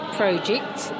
projects